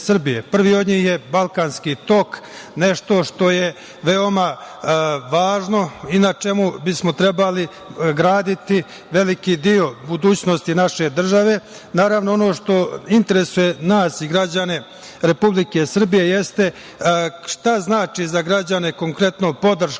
od njih je „Balkanski tok“, nešto što je veoma važno i na čemu bismo trebali graditi veliki deo budućnosti naše države. Naravno, ono što interesuje nas i građane Republike Srbije jeste šta znači za građane konkretno podrška